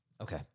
Okay